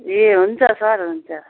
ए हुन्छ सर हुन्छ